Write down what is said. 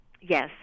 Yes